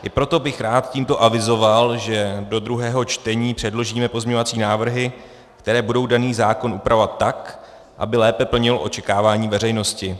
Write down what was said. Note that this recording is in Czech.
I proto bych rád tímto avizoval, že do druhého čtení předložíme pozměňovací návrhy, které budou daný zákon upravovat tak, aby lépe plnil očekávání veřejnosti.